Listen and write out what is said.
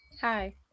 Hi